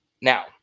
Now